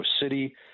City